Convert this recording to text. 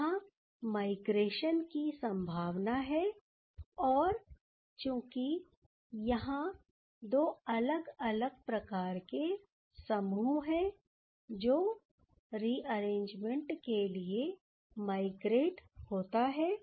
यहां माइग्रेशन की संभावना है और चूंकि यहां दो अलग अलग प्रकार के समूह हैं जो रिअरेंजमेंट के लिए माइग्रेट होते हैं